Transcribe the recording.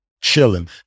chilling